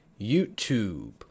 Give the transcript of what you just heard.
YouTube